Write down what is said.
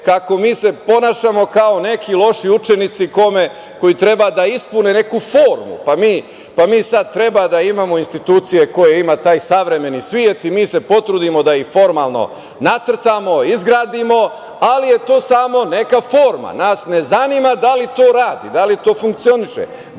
kako se mi ponašamo kao neki loši učenici koji treba da ispune neku formu, pa mi sad treba da imamo institucije koje ima taj savremeni svet i mi se potrudimo da ih formalno nacrtamo, izgradimo, ali je to samo neka forma. Nas ne zanima da li to radi, da li to funkcioniše,